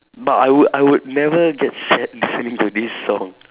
but I would I would never get sad listening to this song